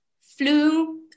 flew